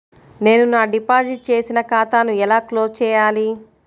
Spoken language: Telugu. నేను నా డిపాజిట్ చేసిన ఖాతాను ఎలా క్లోజ్ చేయాలి?